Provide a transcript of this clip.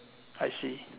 I see